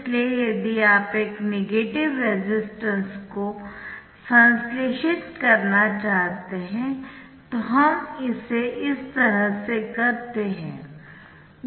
इसलिए यदि आप एक नेगेटिव रेसिस्टेंस को संश्लेषित करना चाहते है तो हम इसे इस तरह से करते है